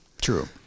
true